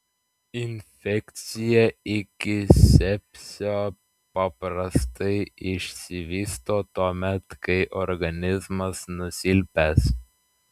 infekcija iki sepsio paprastai išsivysto tuomet kai organizmas nusilpęs